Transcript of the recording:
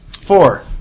Four